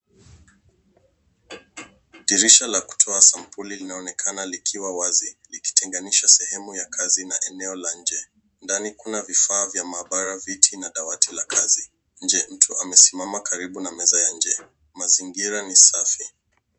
Dirisha la kutoa sampuli linaonekana likiwa wazi likiteganisha sehemu ya kazi na eneo la nje. Ndani kuna vifaa vya maabara, viti na dawati la kazi. Nje, mtu amesimama karibu na meza ya nje. Mazingira ni safi.